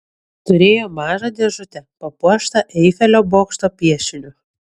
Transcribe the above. turėjo mažą dėžutę papuoštą eifelio bokšto piešiniu